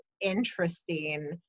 interesting